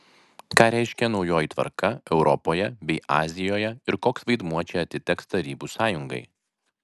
ką reiškia naujoji tvarka europoje bei azijoje ir koks vaidmuo čia atiteks tarybų sąjungai